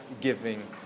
giving